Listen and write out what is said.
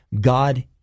God